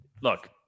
look